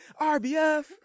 RBF